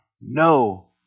no